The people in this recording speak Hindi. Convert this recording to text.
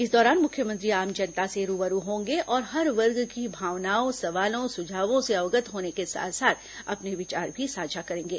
इस दौरान मुख्यमंत्री आम जनता से रूबरू होंगे और हर वर्ग की भावनाओं सवालों सुझावों से अवगत होने के साथ साथ अपने विचार भी साझा करेंगे